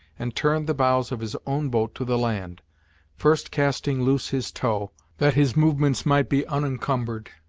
and turned the bows of his own boat to the land first casting loose his tow, that his movements might be unencumbered.